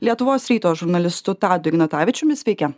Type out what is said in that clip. lietuvos ryto žurnalistu tadu ignatavičiumi sveiki